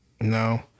No